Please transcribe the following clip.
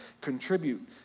Contribute